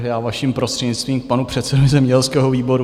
Já vaším, prostřednictvím, k panu předsedovi zemědělského výboru.